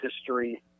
history